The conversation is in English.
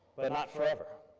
but not forever.